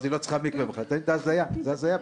לסכם את הדיון.